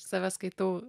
save skaitau